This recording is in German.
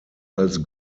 als